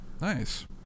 Nice